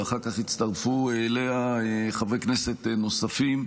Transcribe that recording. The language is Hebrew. ואחר כך הצטרפו אליה חברי כנסת נוספים,